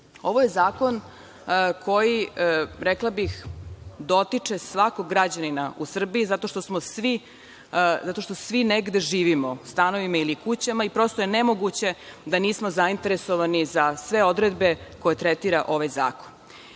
Ovo je zakon koji, rekla bih, dotiče svakog građanina u Srbiji zato što svi negde živimo, stanovima ili kućama, i prosto je nemoguće da nismo zainteresovani za sve odredbe koje tretira ovaj zakon. Prvi